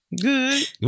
good